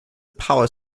power